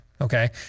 Okay